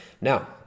Now